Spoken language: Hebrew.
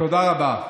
תודה רבה.